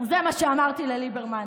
זה מה שאמרתי לליברמן.